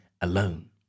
alone